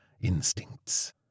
instincts